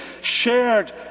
shared